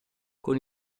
con